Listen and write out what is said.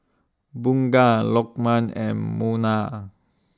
Bunga Lokman and Munah